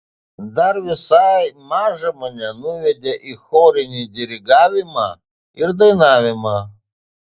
dar visai mažą mane nuvedė į chorinį dirigavimą ir dainavimą